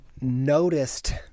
noticed